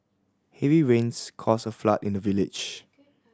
heavy rains caused a flood in the village